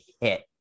hit